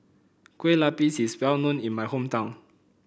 Kueh Lapis is well known in my hometown